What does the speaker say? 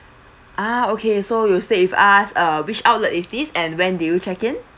ah okay so you stayed with us uh which outlet is this and when did you check in